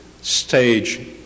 stage